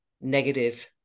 negative